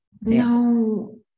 no